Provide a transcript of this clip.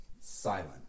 silent